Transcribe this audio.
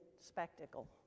spectacle